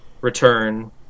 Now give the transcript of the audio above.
return